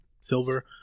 silver